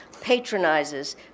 patronizes